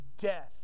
death